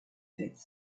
fit